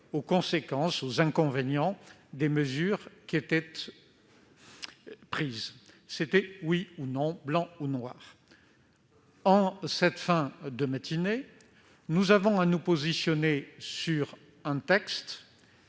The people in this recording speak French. aux conséquences des mesures qui étaient prises. C'était oui ou non, blanc ou noir. En cette fin de matinée, nous avons à nous positionner sur un texte